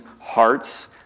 hearts